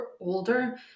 older